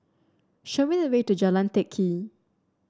show me the way to Jalan Teck Kee